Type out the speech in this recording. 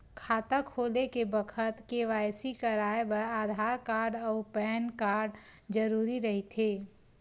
खाता खोले के बखत के.वाइ.सी कराये बर आधार कार्ड अउ पैन कार्ड जरुरी रहिथे